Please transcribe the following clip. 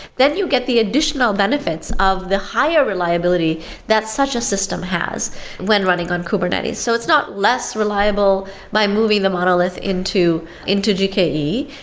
then you get the additional benefits of the higher reliability that such a system has when running on kubernetes. so it's not less reliable by moving the monolith into into gke,